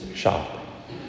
shop